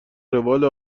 روال